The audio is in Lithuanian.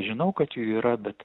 žinau kad jų yra bet